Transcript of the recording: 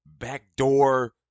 backdoor